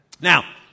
Now